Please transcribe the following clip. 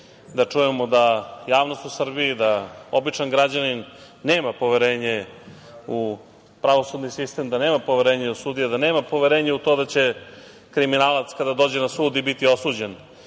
da čujemo da javnost u Srbiji, da običan građanin nema poverenje u pravosudni sistem, da nema poverenje u sudije, da nema poverenje u to da će kriminalac kada dođe na sud i biti osuđen,